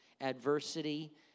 adversity